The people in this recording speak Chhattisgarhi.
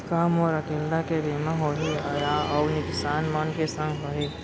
का मोर अकेल्ला के बीमा होही या अऊ किसान मन के संग होही?